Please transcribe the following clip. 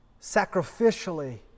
sacrificially